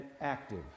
active